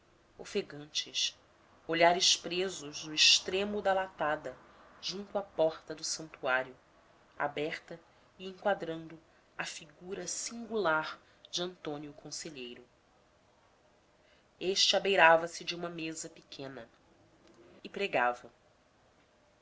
ofegantes olhares presos no extremo da latada junto à porta do santuário aberta e enquadrando a figura singular de antônio conselheiro este abeirava se de uma mesa pequena e pregava